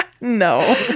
No